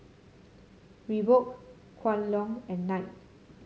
Reebok Kwan Loong and Knight